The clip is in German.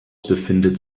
befindet